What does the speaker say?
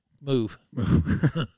move